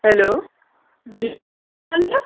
hello